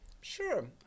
sure